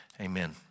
amen